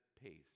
pace